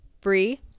Brie